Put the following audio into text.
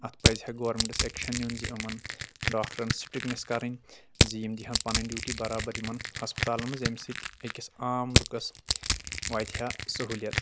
اَتھ پزِ ہا گورمیٚنٹس اٮ۪کشن نیُن زِ أمن ڈاکٹرن سِٹرِکٹنٮ۪س کرٕنۍ زِ یِم دِیٖہان پنٔنۍ ڈیوٗٹی برابر یِمن ہسپتالن منٛز ییٚمہِ سۭتۍ أکِس عام لُکس واتہِ ہا سہوٗلیت